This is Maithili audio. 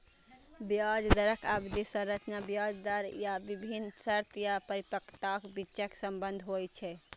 ब्याज दरक अवधि संरचना ब्याज दर आ विभिन्न शर्त या परिपक्वताक बीचक संबंध होइ छै